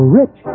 rich